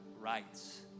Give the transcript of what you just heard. rights